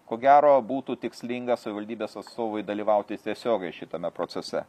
ko gero būtų tikslinga savivaldybės atstovui dalyvauti tiesiogiai šitame procese